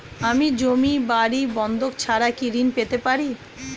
আমি জমি বাড়ি বন্ধক ছাড়া কি ঋণ পেতে পারি?